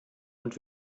und